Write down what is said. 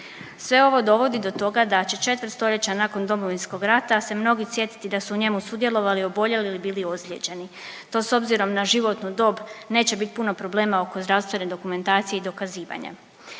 Sve ovo dovodi do toga da će četvrt stoljeća nakon Domovinskog rata se mnogi sjetiti da su u njemu sudjelovali, oboljeli ili bili ozlijeđeni, to s obzirom na životnu dob neće bit puno problema oko zdravstvene dokumentacije i dokazivanja.